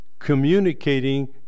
communicating